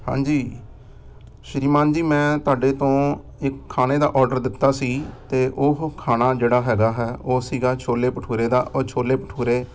ਹਾਂਜੀ ਸ਼੍ਰੀਮਾਨ ਜੀ ਮੈਂ ਤੁਹਾਡੇ ਤੋਂ ਇੱਕ ਖਾਣੇ ਦਾ ਔਡਰ ਦਿੱਤਾ ਸੀ ਅਤੇ ਉਹ ਖਾਣਾ ਜਿਹੜਾ ਹੈਗਾ ਹੈ ਉਹ ਸੀਗਾ ਛੋਲੇ ਭਟੂਰੇ ਦਾ ਔਰ ਛੋਲੇ ਭਟੂਰੇ